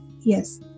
Yes